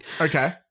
Okay